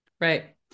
Right